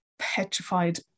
petrified